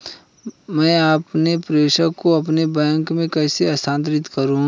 मैं अपने प्रेषण को अपने बैंक में कैसे स्थानांतरित करूँ?